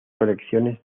colecciones